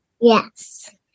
Yes